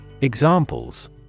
Examples